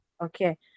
okay